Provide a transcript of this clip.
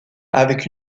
avec